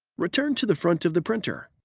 return to the front of the printer.